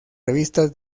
revistas